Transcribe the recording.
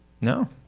No